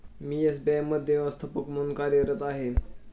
मी SBI मध्ये व्यवस्थापक म्हणून कार्यरत आहे